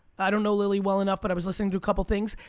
i don't know lilly well enough, but i was listening to couple of things.